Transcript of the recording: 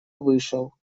вышел